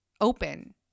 open